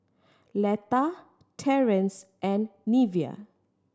Letta Terance and Neveah